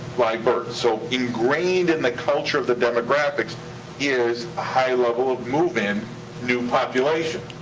live births. so ingrained in the culture of the demographics is a high level of move-in new population.